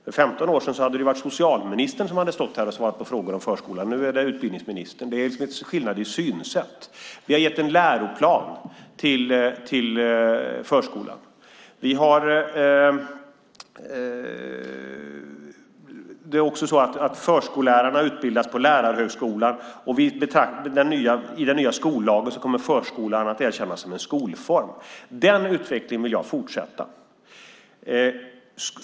För 15 år sedan hade det varit socialministern som hade stått här och svarat på frågor om förskolan. Nu är det utbildningsministern. Det innebär en skillnad i synsätt. Vi har gett en läroplan till förskolan. Förskollärarna utbildas på lärarhögskolan. Och i den nya skollagen kommer förskolan att erkännas som en skolform. Den utvecklingen vill jag fortsätta.